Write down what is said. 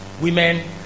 women